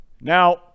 Now